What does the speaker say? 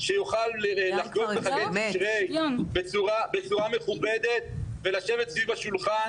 שיוכל לחגוג בחגי תשרי בצורה מכובדת ולשבת סביב השולחן